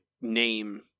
name